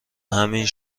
همین